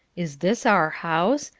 is this our house?